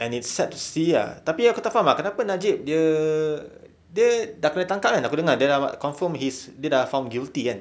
and it's sad to see ah tapi aku tak faham ah kenapa najib dia dia dah kena tangkap kan aku dengar dia dapat confirm he's dia dah found guilty kan